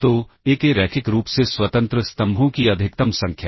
तो ए के रैखिक रूप से स्वतंत्र स्तंभों की अधिकतम संख्या